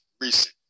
recent